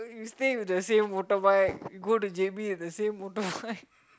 stay with the same motorbike go to J_B with the same motorbike